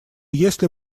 если